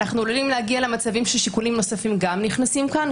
אנחנו עלולים להגיע למצבים ששיקולים נוספים גם נכנסים כאן,